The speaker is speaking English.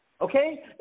Okay